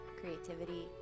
creativity